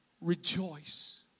rejoice